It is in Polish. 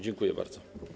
Dziękuję bardzo.